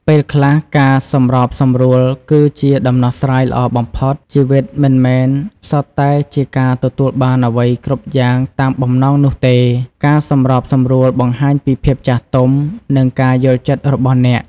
ពេលខ្លះ ការសម្របសម្រួលគឺជាដំណោះស្រាយល្អបំផុត ជីវិតមិនមែនសុទ្ធតែជាការទទួលបានអ្វីគ្រប់យ៉ាងតាមបំណងនោះទេ ការសម្របសម្រួលបង្ហាញពីភាពចាស់ទុំ និងការយល់ចិត្តរបស់អ្នក។